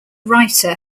writer